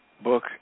book